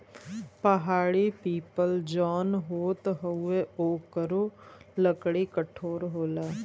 पहाड़ी पीपल जौन होत हउवे ओकरो लकड़ी कठोर होला